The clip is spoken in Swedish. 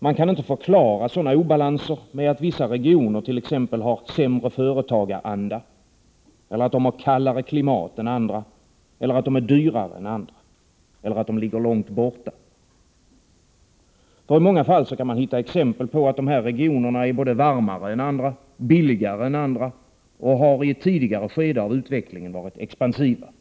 Man kan inte förklara sådana obalanser med att vissa regioner t.ex. har sämre företagaranda eller att de har kallare klimat än andra, att de är dyrare än andra eller att de ligger långt borta. I många fall kan man hitta exempel på att de här regionerna är både varmare än andra och billigare än andra och att de i ett tidigare skede av utvecklingen varit expansiva.